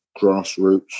grassroots